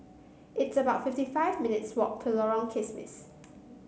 it's about fifty five minutes' walk to Lorong Kismis